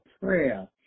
prayer